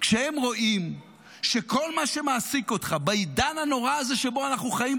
כשהם רואים שכל מה שמעסיק אותך בעידן הנורא הזה שבו אנחנו חיים,